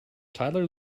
tyler